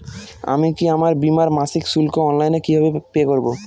আমি কি আমার বীমার মাসিক শুল্ক অনলাইনে কিভাবে পে করব?